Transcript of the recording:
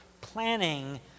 planning